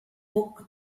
book